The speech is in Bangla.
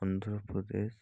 অন্ধ্রপ্রদেশ